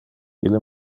ille